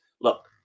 Look